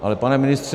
Ale, pane ministře